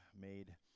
made